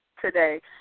today